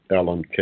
Alan